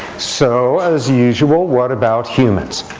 so, as usual, what about humans?